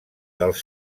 dels